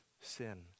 Sin